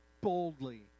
boldly